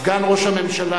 סגן ראש הממשלה,